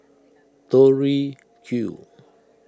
Tori Q